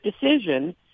decision